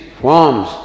forms